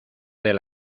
del